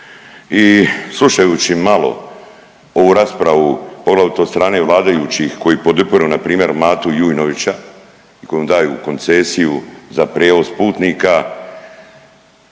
i slušajući malo ovu raspravu, poglavito od strane vladajućih koji podupiru npr. Matu Jujnovića i kojem daju koncesiju za prijevoz putnika